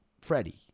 Freddie